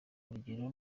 urugero